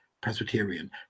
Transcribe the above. Presbyterian